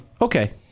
Okay